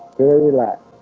very relaxed